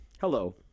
Hello